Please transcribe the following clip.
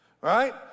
Right